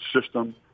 system